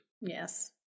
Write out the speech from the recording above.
Yes